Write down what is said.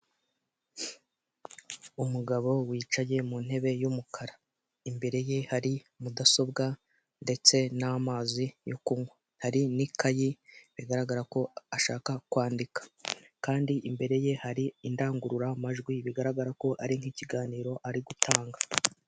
Umugabo wicaye mu ntebe y'umukara, imbere ye hari mudasobwa, ndetse n'amazi yo kunywa hari n'ikayi bigaragara ko ashaka kwandika, kandi imbere ye hari indangururamajwi bigaragara ko ari nk'ikiganiro ari gutanga.